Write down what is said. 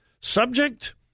subject